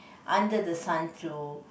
under the sun to